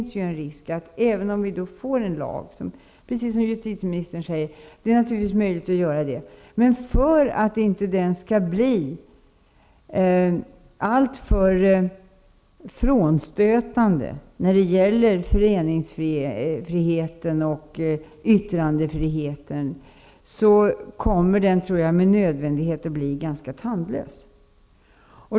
Som justitieministern säger, är det naturligtvis möjligt att stifta en lag. Men för att den inte skall bli alltför frånstötande när det gäller föreningsfriheten och yttrandefriheten kommer den, tror jag, med nödvändighet att bli ganska tandlös.